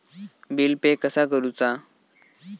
Bill pay कसा करुचा?